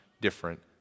different